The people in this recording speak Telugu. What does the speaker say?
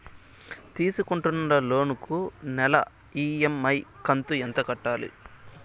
తీసుకుంటున్న లోను కు నెల ఇ.ఎం.ఐ కంతు ఎంత కట్టాలి?